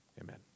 Amen